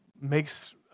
makes